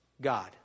God